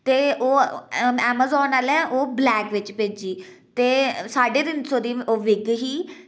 ते ओह् ऐमाजान आह्लें ओह् ब्लैक बिच भेजी ते साड्ढे तिन्न सौ दी ओह् बिग ही